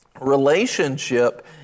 Relationship